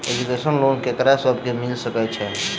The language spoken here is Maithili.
एजुकेशन लोन ककरा सब केँ मिल सकैत छै?